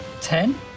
ten